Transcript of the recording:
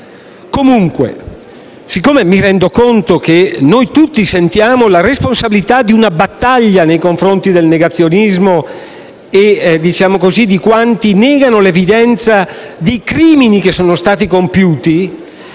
Comunque, poiché mi rendo conto che noi tutti sentiamo la responsabilità di una battaglia nei confronti del negazionismo e di quanti negano l'evidenza di crimini che sono stati compiuti